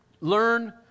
learn